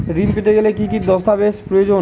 ঋণ পেতে গেলে কি কি দস্তাবেজ প্রয়োজন?